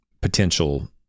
potential